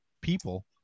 people